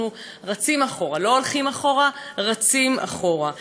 אנחנו רצים אחורה, לא הולכים אחורה, רצים אחורה.